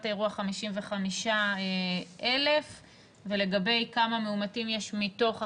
האירוע 55,000. לגבי כמה מאומתים יש מתוך החקירות,